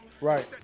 Right